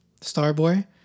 Starboy